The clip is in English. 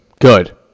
Good